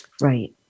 Right